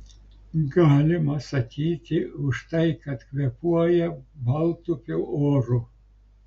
galima sakyti už tai kad kvėpuoja baltupių oru